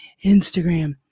Instagram